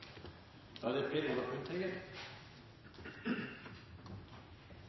da er det